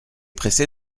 pressé